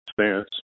stance